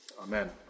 Amen